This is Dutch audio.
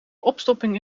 opstopping